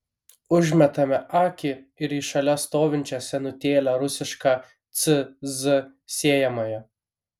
užmetame akį ir į šalia stovinčią senutėlę rusišką cz sėjamąją